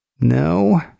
No